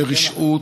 לרשעות,